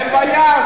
למה?